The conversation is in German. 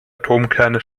atomkerne